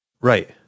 right